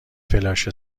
فلاش